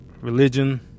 religion